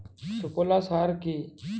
সুফলা সার কি?